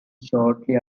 shortly